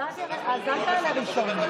למה אתה עולה ראשון?